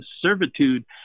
servitude